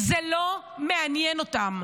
זה לא מעניין אותם.